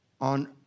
on